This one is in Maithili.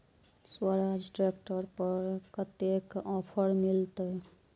स्वराज ट्रैक्टर पर कतेक ऑफर मिलते?